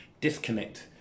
disconnect